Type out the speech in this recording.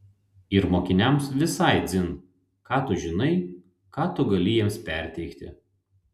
ir mokiniams visai dzin ką tu žinai ką tu gali jiems perteikti